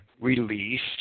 released